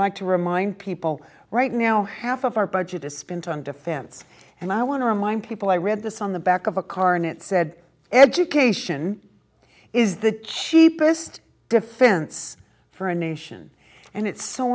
like to remind people right now half of our budget is spent on defense and i want to remind people i read this on the back of a car and it said education is the cheapest defense for a nation and it's so